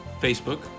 Facebook